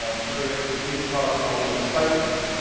um missouri s and t caught up in all of the excitement.